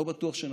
לא בטוח שנצליח,